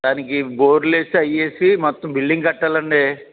దానికి బోరులేసీ అయ్యేసి మొత్తం బిల్డింగ్ కట్టాలండీ